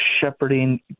shepherding